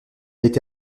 été